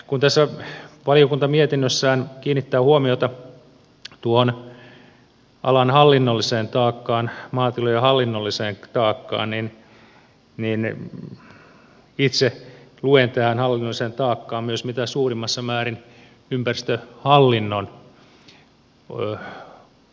kun valiokunta tässä mietinnössään kiinnittää huomiota tuohon alan hallinnolliseen taakkaan maatilojen hallinnolliseen taakkaan niin itse luen tähän hallinnolliseen taakkaan myös mitä suurimmassa määrin ympäristöhallinnon osuuden